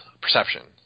perception